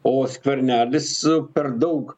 o skvernelis per daug